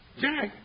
Jack